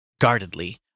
guardedly